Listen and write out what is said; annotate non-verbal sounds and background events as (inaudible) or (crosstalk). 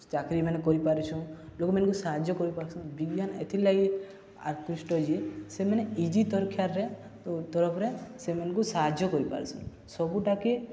ଚାକିରିମାନେେ କରିପାରୁଚୁଁ ଲୋକମାନଙ୍କୁ ସାହାଯ୍ୟ କରିପାର୍ସନ୍ ବିଜ୍ଞାନ୍ ଏଥିର୍ଲାଗି ଆକୃଷ୍ଟ ଯିଏ ସେମାନେ ଇଜି (unintelligible) ତରଫ୍ରେ ସେମାନଙ୍କୁ ସାହାଯ୍ୟ କରିପାରସନ୍ ସବୁଟାକେ